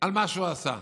על מה שהוא עשה.